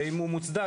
אם הוא מוצדק,